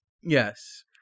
Yes